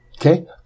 Okay